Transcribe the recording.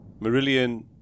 Marillion